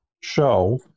show